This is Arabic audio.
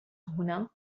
هنا